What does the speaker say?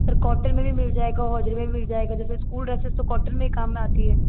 sir cotton में भी मिल जाएगा होजरी में मिल जाएगा जैसे स्कूल ड्रेस तो कॉटन में ही काम में आती है